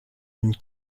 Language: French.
une